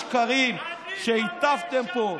השקרים שהטפתם פה,